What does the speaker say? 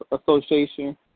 association